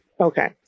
Okay